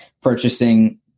purchasing